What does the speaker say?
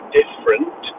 different